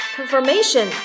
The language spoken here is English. Confirmation